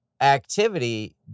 Activity